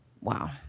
Wow